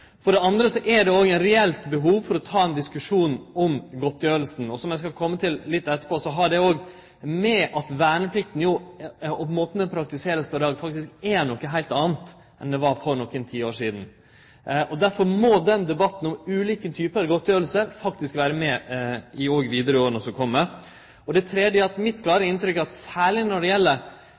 For det andre er det eit reelt behov for å ta ein diskusjon om godtgjering. Som eg skal kome inn på etterpå, har det òg noko med at verneplikta og måten ho vert praktisert på i dag, er noko heilt anna enn det var for nokre tiår sidan. Derfor må debatten om ulike typar godtgjering faktisk vere med vidare i åra som kjem. Det tredje er at mitt klare inntrykk er at særleg når det gjeld